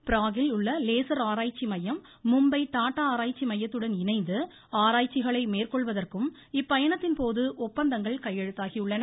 பிராகில் உள்ள லேசர் ஆராய்ச்சி மையம் மும்பை டாடா ஆராய்ச்சி மையத்துடன் இணைந்து ஆராய்ச்சிகளை மேற்கொள்வதற்கும் இப்பயணத்தின் போது ஒப்பந்தங்கள் கையெழுத்தாகியுள்ளன